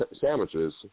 sandwiches